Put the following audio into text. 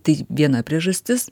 tai viena priežastis